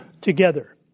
together